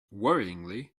worryingly